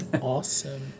Awesome